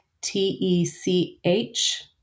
T-E-C-H